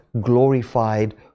glorified